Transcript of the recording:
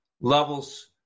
levels